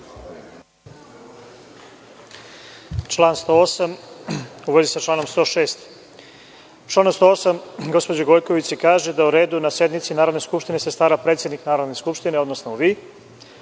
Član 108. u vezi člana 106. U članu 108. gospođo Gojković se kaže da o redu na sednici Narodne skupštine se stara predsednik Narodne skupštine, odnosno vi.